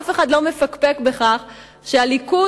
אף אחד לא מפקפק בכך שהליכוד,